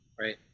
right